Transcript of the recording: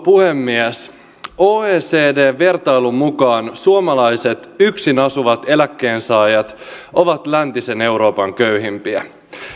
puhemies oecdn vertailun mukaan suomalaiset yksin asuvat eläkkeensaajat ovat läntisen euroopan köyhimpiä